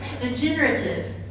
degenerative